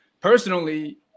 personally